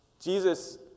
Jesus